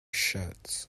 shuts